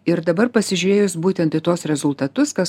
ir dabar pasižiūrėjus būtent į tuos rezultatus kas